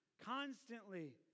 Constantly